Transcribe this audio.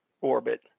orbit